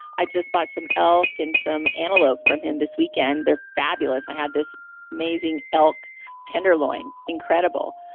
i just bought some elk and some antelope from him this weekend, they're fabulous. i had this amazing elk tenderloin, incredible.